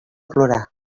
plorar